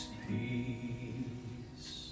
peace